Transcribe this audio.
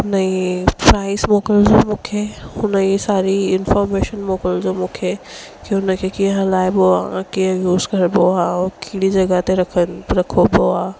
हुन जी प्राइस मोकिलजो मूंखे हुन जी सारी इंफोर्मेशन मोकिलजो मूंखे की हुन खे कीअं हलाइबो आहे कीअं यूस करबो आहे ऐं कहिड़ी जॻह ते रखनि रखिबो आहे